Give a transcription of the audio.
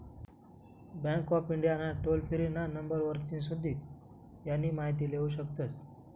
bank of India ना toll free ना number वरतीन सुदीक यानी माहिती लेवू शकतस